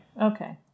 Okay